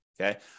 Okay